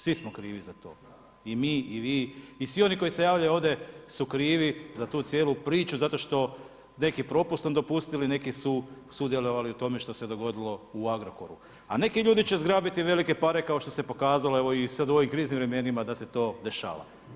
Svi smo krivi za to i mi i vi i svi oni koji se javljaju ovdje su krivi za tu cijelu priču zato što neki propustom dopustili neki su sudjelovali u tome što se dogodilo u Agrokoru, a neki ljudi će zgrabiti velike pare kao što se pokazalo evo sada i u ovim kriznim vremenima da se to dešava.